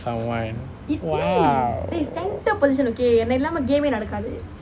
!wow!